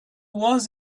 was